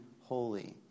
holy